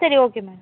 சரி okay ma'am